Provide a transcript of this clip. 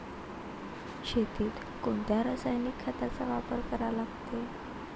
शेतीत कोनच्या रासायनिक खताचा वापर करा लागते?